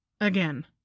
again